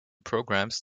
programs